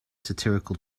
satirical